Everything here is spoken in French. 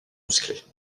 musclées